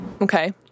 Okay